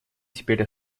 теперь